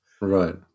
right